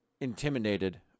intimidated